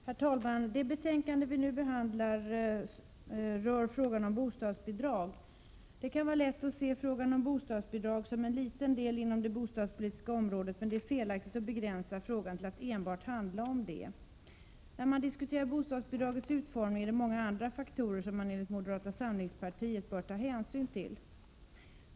Herr talman! Det betänkande vi nu behandlar rör frågan om bostadsbidrag. Det kan vara lätt att se frågan om bostadsbidrag som en liten del inom det bostadspolitiska området, men det är felaktigt att begränsa frågan till att enbart handla om det. När man diskuterar bostadsbidragets utformning, är det många andra faktorer som man enligt moderata samlingspartiet bör ta hänsyn till.